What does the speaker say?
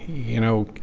you know,